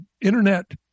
Internet